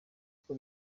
kuko